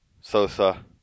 Sosa